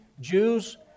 Jews